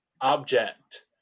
object